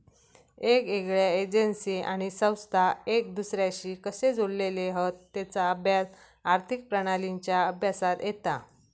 येगयेगळ्या एजेंसी आणि संस्था एक दुसर्याशी कशे जोडलेले हत तेचा अभ्यास आर्थिक प्रणालींच्या अभ्यासात येता